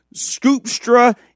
Scoopstra